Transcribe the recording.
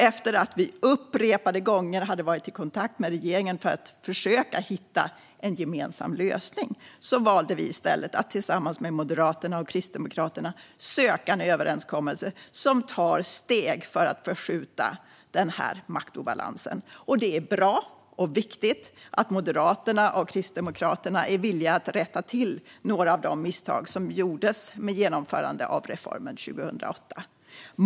Efter att upprepade gånger ha varit i kontakt med regeringen för att försöka hitta en gemensam lösning valde vi i stället att tillsammans med Moderaterna och Kristdemokraterna söka en överenskommelse som tar steg för att förskjuta maktobalansen. Det är bra och viktigt att Moderaterna och Kristdemokraterna är villiga att rätta till några av de misstag som gjordes vid genomförandet av reformen 2008.